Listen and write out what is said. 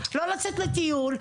לא לצאת לטיון,